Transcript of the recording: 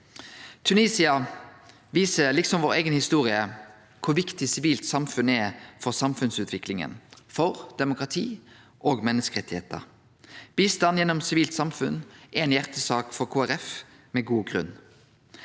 Tunisia viser – liksom vår eiga historie – kor viktig sivilt samfunn er for samfunnsutvikling, for demokrati og for menneskerettar. Bistand gjennom sivilt samfunn er ei hjartesak for Kristeleg